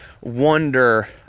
wonder